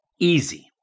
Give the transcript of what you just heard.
easy